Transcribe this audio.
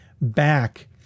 back